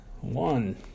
One